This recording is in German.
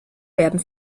werden